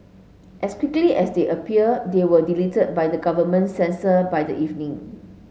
as quickly as they appeared they were deleted by government censor by the evening